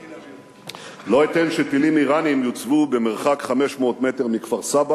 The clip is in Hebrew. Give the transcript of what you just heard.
לא אתן שטילים אירניים יוצבו במרחק 500 מטר מכפר-סבא